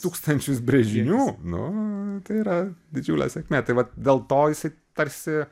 tūkstančius brėžinių nu tai yra didžiulė sėkmė tai vat dėl to jisai tarsi